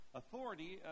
authority